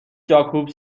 جاکوب